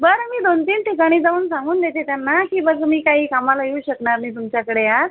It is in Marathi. बरं मी दोन तीन ठिकाणी जाऊन सांगून देते त्यांना की माझं मी काही कामाला येऊ शकणार नाही तुमच्याकडे आज